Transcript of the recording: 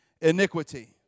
iniquity